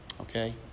Okay